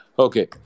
Okay